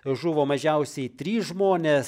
žuvo mažiausiai trys žmonės